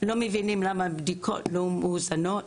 לא מבינים למה הבדיקות לא מאוזנות.